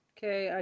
Okay